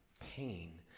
pain